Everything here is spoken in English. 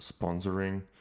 sponsoring